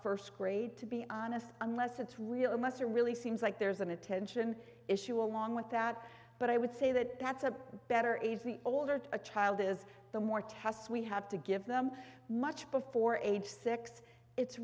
first grade to be honest unless it's really muster really seems like there's an attention issue along with that but i would say that that's a better age the older a child is the more tests we have to give them much before age six it's